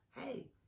Hey